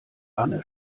anne